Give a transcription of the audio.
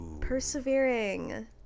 Persevering